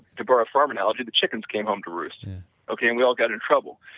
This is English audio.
to borrow farm analogy the chickens came home to roost okay, and we all got in trouble.